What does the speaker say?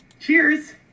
Cheers